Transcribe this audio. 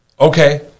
Okay